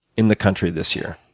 in the country this year.